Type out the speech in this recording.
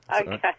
Okay